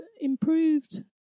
improved